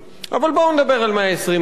אבל בואו נדבר על 120 מיליארד.